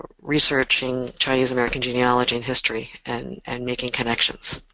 researching chinese-american genealogy and history and and making connections.